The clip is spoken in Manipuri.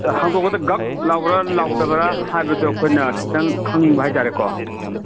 ꯍꯥꯡꯇꯣꯛꯄꯗ ꯒꯛ ꯂꯥꯎꯕꯔꯥ ꯂꯥꯎꯗꯕꯔꯥ ꯍꯥꯏꯕꯗꯣ ꯑꯩꯈꯣꯏꯅ ꯈꯤꯇꯪ ꯈꯪꯅꯤꯡꯕ ꯍꯥꯏꯇꯔꯦꯀꯣ